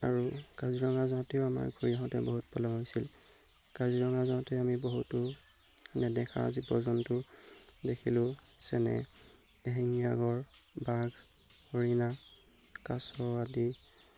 আৰু কাজিৰঙা যাওঁতেও আমাৰ ঘূৰি আহোঁতে বহুত পলম হৈছিল কাজিৰঙা যাওঁতে আমি বহুতো নেদেখা জীৱ জন্তু দেখিলোঁ যেনে এশিঙীয়া গঁড় বাঘ হৰিণা কাছ আদি